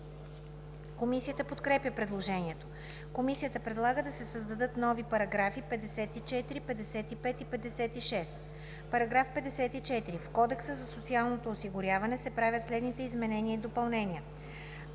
Комисията подкрепя предложението. Комисията предлага да се създадат нови параграфи 54, 55 и 56: „§ 54. В Кодекса за социално осигуряване (обн., ДВ, бр. ...) се правят следните изменения и допълнения: